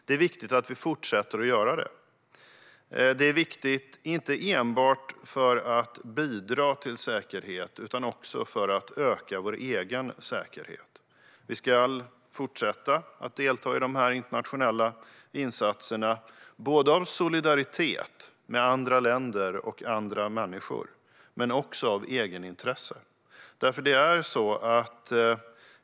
Det är viktigt att vi fortsätter att göra det, inte enbart för att bidra till säkerhet utan också för att öka vår egen säkerhet. Vi ska fortsätta delta i de internationella insatserna, av solidaritet med andra länder och andra människor men också av egenintresse.